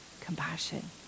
compassion